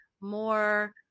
more